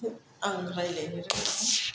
आं रायज्लायनो रोङाहाय